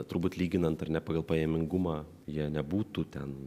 turbūt lyginant ar ne pagal pajamingumą jie nebūtų ten